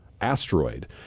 asteroid